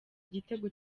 igitego